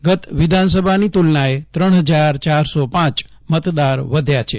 ગત વિધાનસભાની તુલનાએ ત્રણ હજાર ચારસો પાંચ મતદાર વધ્યા છે